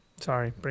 Sorry